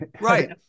right